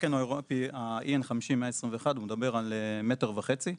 התקן האירופי ה- EN50121הוא מדבר על 1.5 מטרים,